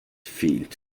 fint